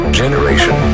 generation